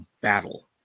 battle